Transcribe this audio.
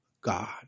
God